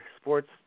sports